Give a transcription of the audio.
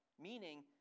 meaning